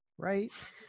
Right